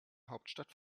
hauptstadt